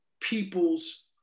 people's